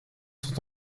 sont